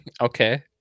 Okay